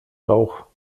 rauch